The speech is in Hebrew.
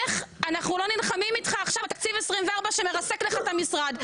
אנחנו לא נלחמים איתך עכשיו על תקציב 2024 שמרסק לך את המשרד?